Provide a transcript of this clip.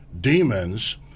demons